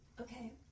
Okay